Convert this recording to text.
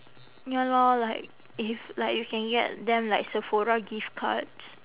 ya lor like if like you can get them like sephora gift cards